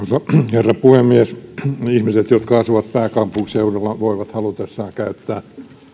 herra puhemies ihmiset jotka asuvat pääkaupunkiseudulla voivat halutessaan käyttää